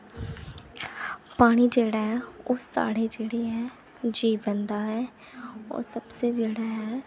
पानी जेह्ड़ा ऐ ओह साढ़े जेह्ड़े ऐ जीवन दा ओह् सबसे जेह्ड़ा ऐ